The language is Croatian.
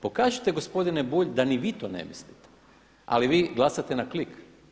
Pokažite gospodine Bulj da ni vi to ne mislite, ali vi glasate na klik.